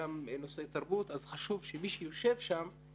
ראינו לנכון לתת דגש על מחלות מתפרצות משעה שהנושא הזה בא לידנו.